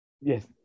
Yes